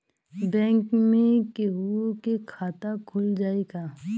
Bank में केहूओ के खाता खुल जाई का?